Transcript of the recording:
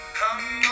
come